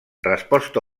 resposta